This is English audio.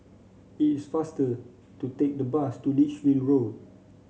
it's faster to take the bus to Lichfield Road